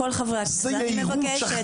כל חברי הכנסת,